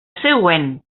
següent